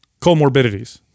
comorbidities